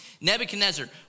Nebuchadnezzar